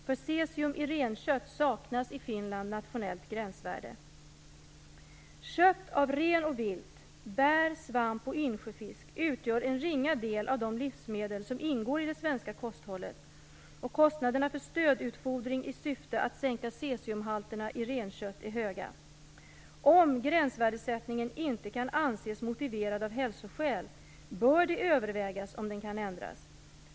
För cesium i renkött saknas i Kött av ren och vilt, bär, svamp och insjöfisk utgör en ringa del av de livsmedel som ingår i det svenska kosthållet, och kostnaderna för stödutfodring i syfte att sänka cesiumhalterna i renkött är höga. Om gränsvärdesättningen inte kan anses motiverad av hälsoskäl bör det övervägas om den kan ändras.